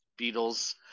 Beatles